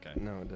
No